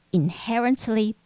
inherently